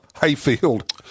Hayfield